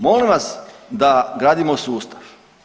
Molim vas da gradimo sustav.